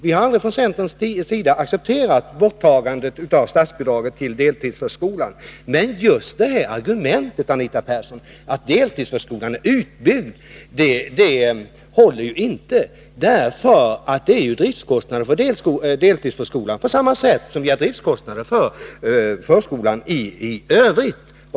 Vi har från centerns sida aldrig accepterat borttagandet av statsbidraget till deltidsförskolan. Men, Anita Persson, argumentet att deltidsförskolan är utbyggd håller inte. Deltidsförskolan medför ju driftkostnader på samma sätt som förskolan i övrigt.